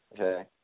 Okay